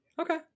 Okay